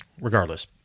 Regardless